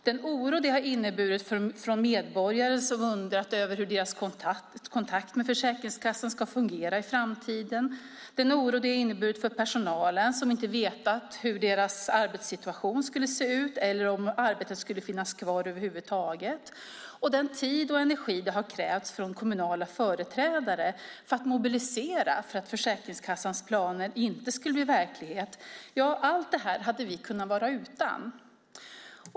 Det har inneburit en oro för medborgare som undrat över hur deras kontakt med Försäkringskassan ska fungera i framtiden och en oro för personalen som inte vetat hur dess situation skulle se ut eller om arbetet skulle finnas kvar över huvud taget. Det har krävt tid och energi från kommunala företrädare för att mobilisera för att Försäkringskassans planer inte skulle bli verklighet. Allt detta hade vi kunnat vara utan.